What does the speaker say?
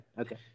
Okay